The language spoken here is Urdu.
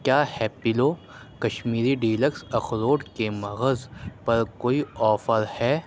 کیا ہیپیلوکشمیری ڈیلکس اخروٹ کے مغز پر کوئی آفر ہے